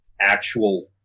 actual